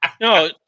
No